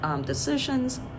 decisions